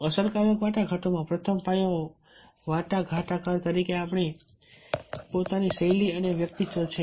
અસરકારક વાટાઘાટોનો પ્રથમ પાયો વાટાઘાટકાર તરીકેની આપણી પોતાની શૈલી અને વ્યક્તિત્વ છે